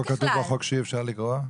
איפה כתוב בחוק שאי אפשר לגרוע?